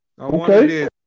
Okay